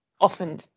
often